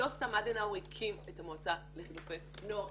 לא סתם אדן אאו הקים את המועצה לחילופי נוער,